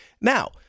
Now